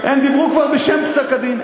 הן דיברו כבר בשם פסק-הדין,